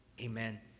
Amen